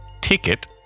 ticket